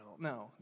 No